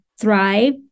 thrive